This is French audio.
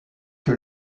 que